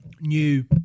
new